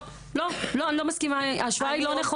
לא, ההשוואה היא לא נכונה.